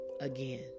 again